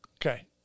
Okay